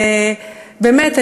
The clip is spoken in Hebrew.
ובאמת,